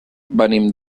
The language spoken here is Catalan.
venim